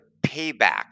payback